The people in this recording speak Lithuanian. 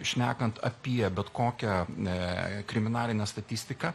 šnekant apie bet kokią kriminalinę statistiką